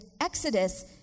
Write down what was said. Exodus